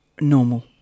normal